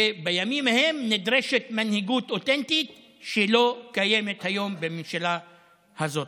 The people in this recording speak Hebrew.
ובימים ההם נדרשת מנהיגות אותנטית שלא קיימת היום בממשלה הזאת.